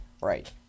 Right